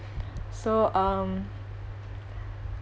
so um